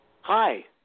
Hi